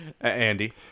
Andy